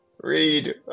read